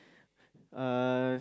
uh